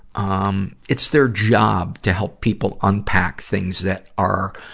um it's their job to help people unpack things that are,